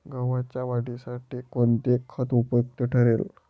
गव्हाच्या वाढीसाठी कोणते खत उपयुक्त ठरेल?